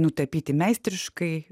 nutapyti meistriškai